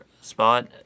spot